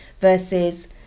versus